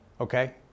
Okay